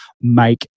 make